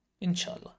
inshallah